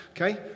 okay